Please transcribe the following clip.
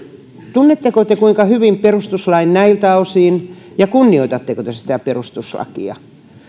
tunnetteko te kuinka hyvin perustuslain näiltä osin ja kunnioitatteko te sitä perustuslakia